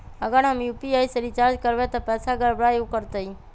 अगर हम यू.पी.आई से रिचार्ज करबै त पैसा गड़बड़ाई वो करतई?